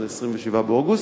זה 27 באוגוסט,